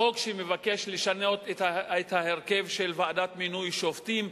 החוק שמבקש לשנות את ההרכב של ועדת מינוי שופטים,